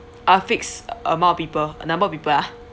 a fixed amount of people a number of people ah